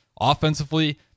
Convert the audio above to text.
Offensively